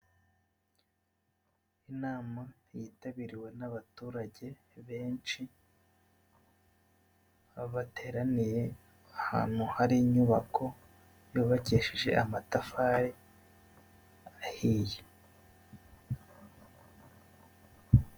Inama yitabiriwe n'abaturage benshi aho bateraniye ahantu hari inyubako yubakishije amatafari ahiye.